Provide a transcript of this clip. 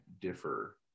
differ